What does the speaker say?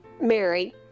Mary